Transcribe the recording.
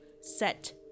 set